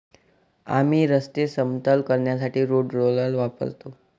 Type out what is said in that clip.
आम्ही रस्ते समतल करण्यासाठी रोड रोलर वापरतो